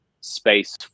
space